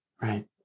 Right